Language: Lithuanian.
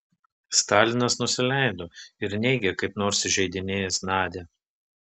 stalinas nusileido ir neigė kaip nors įžeidinėjęs nadią